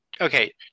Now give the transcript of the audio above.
okay